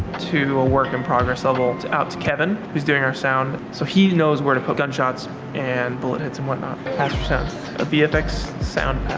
to. a work-in-progress levelled out to kevin who's doing our sound so he knows where to put gunshots and bullet hits and whatnot that's for sound a vfx sound